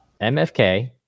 MFK